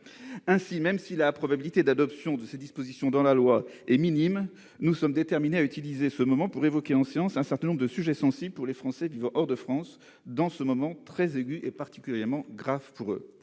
Même si la probabilité de l'inscription de ces dispositions dans la loi est mince, nous sommes déterminés à profiter de cette occasion pour évoquer en séance un certain nombre de sujets sensibles pour les Français vivant hors de France, en ce moment de crise très aiguë et particulièrement grave pour eux.